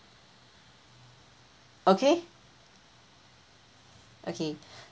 okay okay